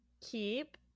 keep